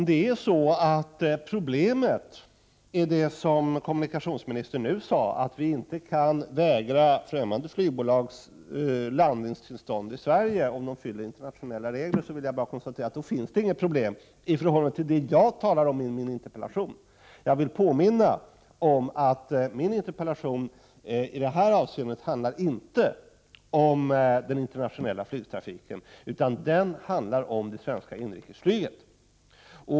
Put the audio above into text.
Herr talman! Om problemet är det som kommunikationsministern nu sade, nämligen att vi inte kan vägra främmande flygbolag landningstillstånd i landet om de uppfyller internationella regler i vad gäller miljöutsläpp, då finns det inga problem med tanke på det som jag tar upp i min interpellation. Jag vill dock påminna om att interpellationen i detta avseende inte handlar om den internationella flygtrafiken utan om det svenska inrikesflyget.